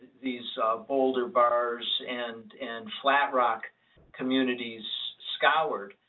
these boulder burrs and and flat rock communities scoured.